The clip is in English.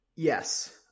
Yes